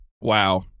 Wow